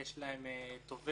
יש להם תובע